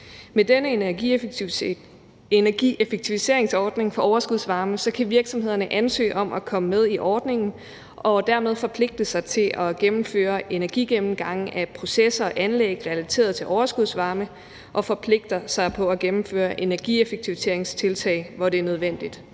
Med denne energieffektiviseringsordning for overskudsvarme kan virksomhederne ansøge om at komme med i ordningen og dermed forpligte sig til at gennemføre energigennemgange af processer og anlæg relateret til overskudsvarme og forpligte sig på at gennemføre energieffektiviseringstiltag, hvor det er nødvendigt.